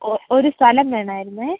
ഒരു സ്ഥലം വേണായിരുന്നേ